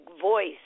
voice